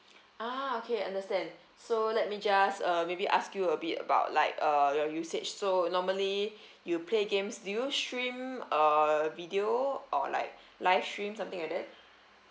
ah okay understand so let me just uh maybe ask you a bit about like uh your usage so normally you play games do you stream uh video or like live stream something like that